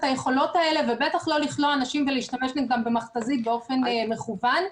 היכולות האלה ובטח לא לכלוא אנשים ולהשתמש נגדם במכת"זית באופן מכוון.